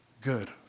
good